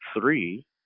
three